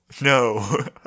no